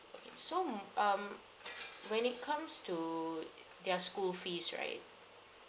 so um when it comes to their school fees right